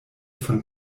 von